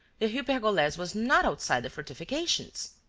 the rue pergolese was not outside the fortifications!